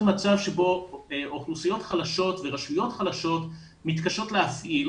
מצב שבו אוכלוסיות חלשות ורשויות חלשות מתקשות להפעיל